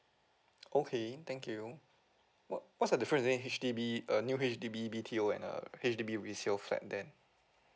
okay thank you what what's the difference between H_D_B a new H_D_B B_T_O and a H_D_B resale flat then